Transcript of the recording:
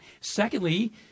secondly